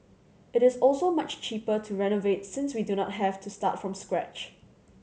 it is also much cheaper to renovate since we do not have to start from scratch